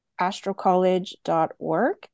astrocollege.org